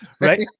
right